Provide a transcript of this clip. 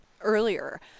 earlier